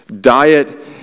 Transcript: Diet